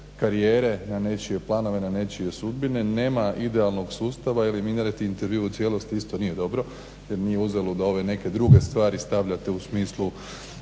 karijere, na nečije planove, na nečije sudbine. Nema idealnog sustava, eliminirajte intervju u cijelosti isto nije dobro, jer nije uzelo da ove neke druge stvari stavljate u smislu